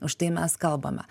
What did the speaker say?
už tai mes kalbame